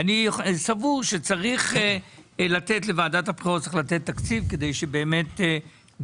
אני סבור שצריך לתת לוועדת הבחירות תקציב כדי שגם